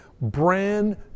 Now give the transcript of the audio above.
brand